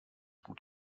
gut